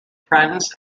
friends